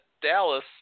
Dallas